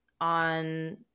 on